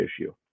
issue